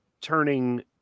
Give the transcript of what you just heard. turning